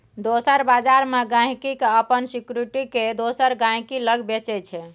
दोसर बजार मे गांहिकी अपन सिक्युरिटी केँ दोसर गहिंकी लग बेचय छै